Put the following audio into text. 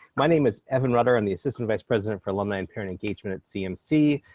my name is evan rutter. i'm the assistant vice president for alumni and parent engagement at cmc.